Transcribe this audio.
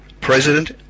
President